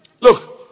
look